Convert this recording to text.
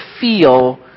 feel